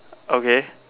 okay